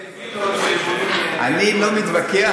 אני לא מתווכח,